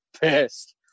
pissed